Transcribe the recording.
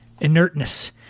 inertness